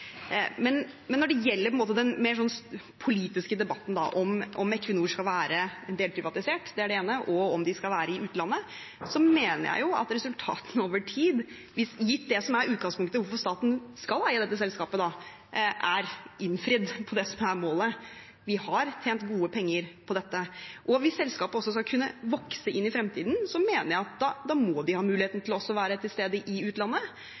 Men når det gjelder den mer politiske debatten, om Equinor skal være delprivatisert, og om de skal være i utlandet, mener jeg at resultatene over tid, gitt det som er utgangspunktet – hvorfor staten skal eie dette selskapet – er innfridd når det gjelder det som er målet: Vi har tjent gode penger på dette. Hvis selskapet også skal kunne vokse inn i fremtiden, må de ha muligheten til også å være til stede i utlandet.